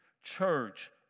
Church